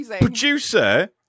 Producer